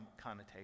connotation